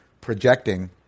projecting